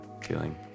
feeling